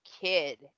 kid